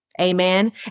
Amen